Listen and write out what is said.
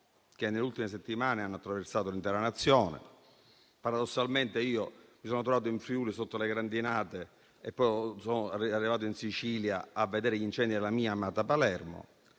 che nelle ultime settimane hanno attraversato l'intera Nazione. Paradossalmente mi sono trovato in Friuli sotto le grandinate e poi sono arrivato in Sicilia e ho visto gli incendi nella mia amata Palermo,